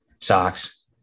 socks